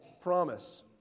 promise